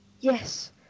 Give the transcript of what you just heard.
Yes